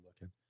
looking